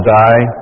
die